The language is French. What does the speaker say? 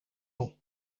ans